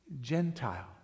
Gentile